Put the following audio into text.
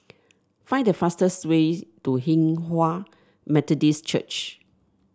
find the fastest way to Hinghwa Methodist Church